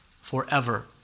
forever